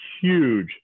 huge